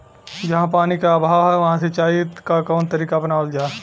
जहाँ पानी क अभाव ह वहां सिंचाई क कवन तरीका अपनावल जा?